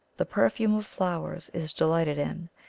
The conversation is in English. the perfume of flowers is delighted in,